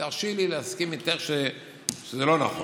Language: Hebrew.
תרשי לי להסכים איתך שזה לא נכון.